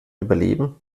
überleben